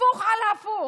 הפוך על הפוך.